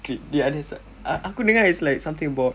K the other side a~ aku dengar it's like something about